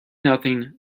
nothing